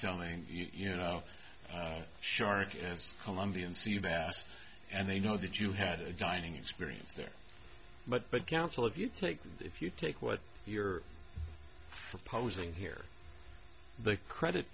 selling you know shark and colombian sea bass and they know that you had a dining experience there but but counsel if you take if you take what you're proposing here the credit